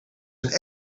een